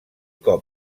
cop